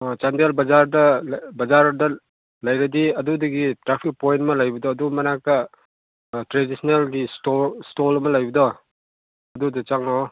ꯑꯥ ꯆꯥꯟꯗꯦꯜ ꯕꯥꯖꯥꯔꯗ ꯕꯖꯥꯔꯗ ꯂꯩꯔꯗꯤ ꯑꯗꯨꯗꯒꯤ ꯇ꯭ꯔꯥꯐꯤꯛ ꯄꯣꯏꯟ ꯑꯃ ꯂꯩꯕꯗꯣ ꯑꯗꯨ ꯃꯅꯥꯛꯇ ꯇ꯭ꯔꯦꯗꯤꯁꯟꯅꯦꯜꯒꯤ ꯁ꯭ꯇꯣꯜ ꯁ꯭ꯇꯣꯜ ꯑꯃ ꯂꯩꯕꯗꯣ ꯑꯗꯨꯗ ꯆꯪꯉꯣ